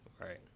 Right